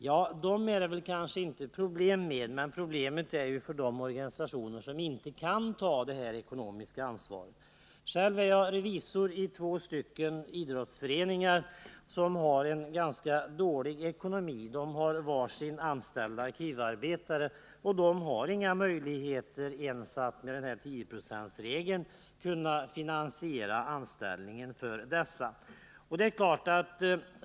Ja, för dem är detta kanske inte något problem, men det är det däremot för de organisationer som inte kan ta ett sådant ekonomiskt ansvar. Själv är jag revisor i två idrottsföreningar som har en ganska dålig ekonomi men som har var sin anställde arkivarbetare. Dessa föreningar har inte ens med tillämpning av 10-procentsregeln några möjligheter att finansiera dessa arkivarbetares anställning.